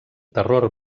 terror